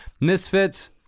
misfits